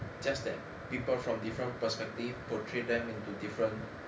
just that people from different perspective portrayed them into different